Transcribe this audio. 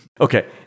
Okay